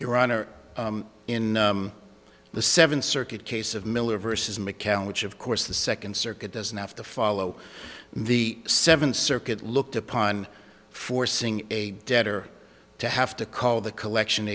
your honor in the seventh circuit case of miller versus mccallum which of course the second circuit doesn't have to follow the seven circuit looked upon forcing a debtor to have to call the collection